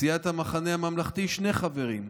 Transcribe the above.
סיעת המחנה הממלכתי, שני חברים: